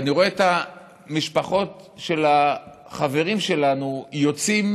ואני רואה את המשפחות של החברים שלנו יוצאות